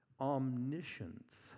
omniscience